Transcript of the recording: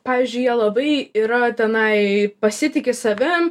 pavyzdžiui jie labai yra tenai pasitiki savim